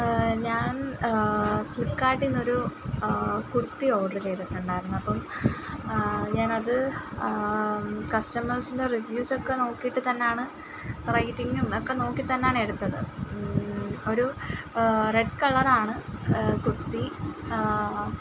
ഞാൻ ഫ്ലിപ്പ്കാർട്ടിൽ നിന്നൊരു കുർത്തി ഓർഡർ ചെയ്തിട്ടുണ്ടായിരുന്നു അപ്പം ഞാൻ അത് കസ്റ്റമേഴ്സിൻ്റെ റിവ്യൂസ് ഒക്കെ നോക്കിയിട്ട് തന്നെ ആണ് റേറ്റിങ്ങും ഒക്കെ നോക്കി തന്നെ ആണ് എടുത്തത് ഒരു റെഡ് കളർ ആണ് കുർത്തി